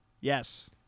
Yes